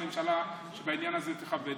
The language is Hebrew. שהממשלה בעניין הזה תכבד,